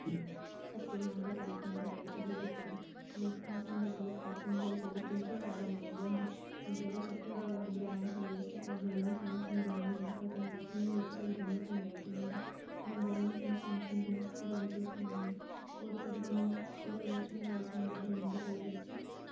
सब तो मैंह्गा टैलीफोन ब्रैंड इ'यै बिकदा ऐ आई आई फोन जादा लोग प्रैफर निं करी सकदे क्योंकि एह् जादा मैंह्गे होंदे क्योंकि अगर सब तूं जादा brand highest example Samsung Realme Vivo अज्जकल मैक्सिमम लोकें ऐगजॉमनी फोन लैते दा होंदा number one phone Samsung Galaxy one plus nine होर अगर हम होर अगर अस मोबाइल फोन दे ब्रैंड दी गल्ल करचै